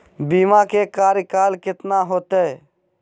बीमा के कार्यकाल कितना होते?